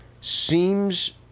seems